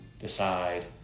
decide